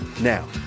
Now